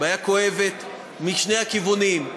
בעיה כואבת משני הכיוונים.